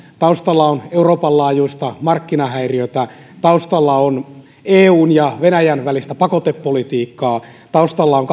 taustalla on euroopan laajuista markkinahäiriötä taustalla on eun ja venäjän välistä pakotepolitiikkaa taustalla on